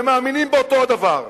והם מאמינים באותו דבר.